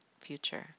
future